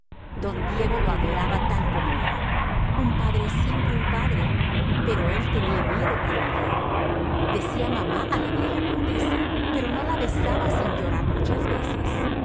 don diego lo adoraba tal como era un padre es siempre un padre pero él tenía miedo a don diego decía mamá a la vieja condesa pero no la besaba sin llorar muchas veces